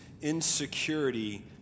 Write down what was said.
insecurity